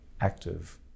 active